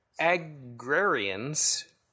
agrarians